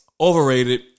overrated